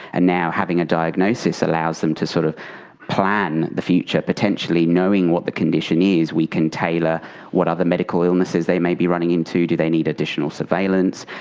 and now having a diagnosis allows them to sort of plan the future. potentially knowing what the condition is we can tailor what other medical illnesses they may be running into, do they need additional surveillance.